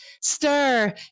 stir